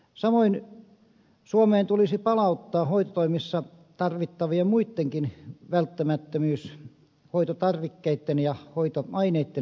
samoin suomeen tulisi palauttaa hoitotoimissa tarvittavien muittenkin välttämättömyyshoitotarvikkeitten ja hoitoaineitten valmistus